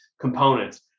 components